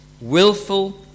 willful